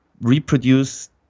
reproduce